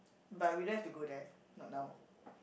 but we don't have to go there not now